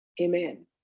amen